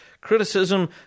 criticism